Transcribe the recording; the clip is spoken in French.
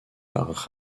par